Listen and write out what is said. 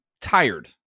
tired